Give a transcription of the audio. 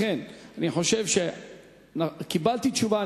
קיבלתי תשובה,